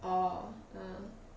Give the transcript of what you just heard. orh a'ah